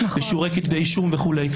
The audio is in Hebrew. כתבי אישום וכו'.